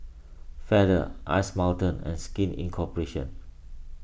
Feather Ice Mountain and Skin Incooperation